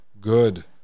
good